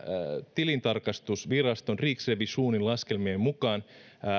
tilintarkastusviraston riksrevisionenin laskelmien mukaan